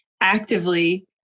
actively